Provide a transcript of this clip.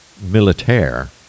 militaire